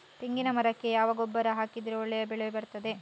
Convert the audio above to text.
ತೆಂಗಿನ ಮರಕ್ಕೆ ಯಾವ ಗೊಬ್ಬರ ಹಾಕಿದ್ರೆ ಒಳ್ಳೆ ಬೆಳೆ ಬರ್ತದೆ?